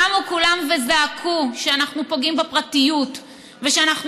קמו כולם וזעקו שאנחנו פוגעים בפרטיות ושאנחנו